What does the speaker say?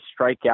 strikeout